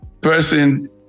person